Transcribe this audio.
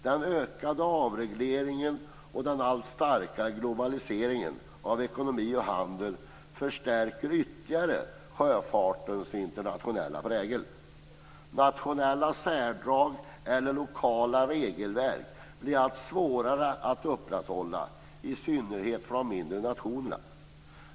Den ökade avregleringen och den allt starkare globaliseringen av ekonomi och handel förstärker ytterligare sjöfartens internationella prägel. Nationella särdrag eller lokala regelverk blir allt svårare att upprätthålla, i synnerhet för de mindre nationerna.